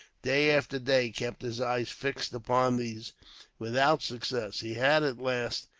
day after day, kept his eyes fixed upon these without success. he had, at last,